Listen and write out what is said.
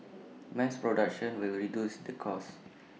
mass production will reduce the cost